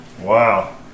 Wow